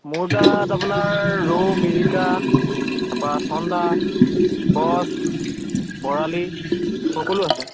মোৰ তাত আপোনাৰ ৰৌ মিৰিকা তাপা চন্দা কচ বৰালী সকলো আছে